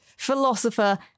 philosopher